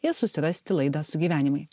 ir susirasti laidą sugyvenimai